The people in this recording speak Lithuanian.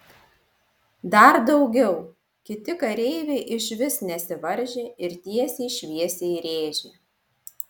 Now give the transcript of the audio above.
dar daugiau kiti kareiviai išvis nesivaržė ir tiesiai šviesiai rėžė